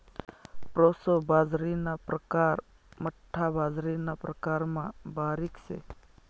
proso बाजरीना परकार बठ्ठा बाजरीना प्रकारमा बारीक शे